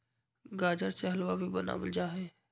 गाजर से हलवा भी बनावल जाहई